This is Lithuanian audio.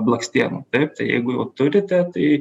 blakstienų taip tai jeigu jau turite tai